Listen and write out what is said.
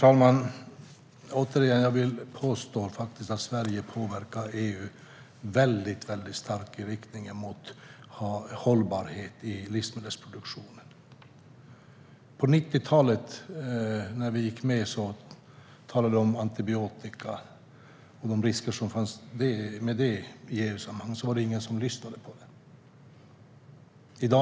Herr talman! Jag vill återigen påstå att Sverige påverkar EU väldigt starkt i riktning mot hållbarhet i livsmedelsproduktionen. På 90-talet, när vi gick med, talade vi i EU-sammanhang om de risker som fanns med användningen av antibiotika. Det var ingen som lyssnade på det.